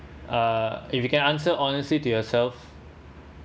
uh if you can answer honestly to yourself